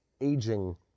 aging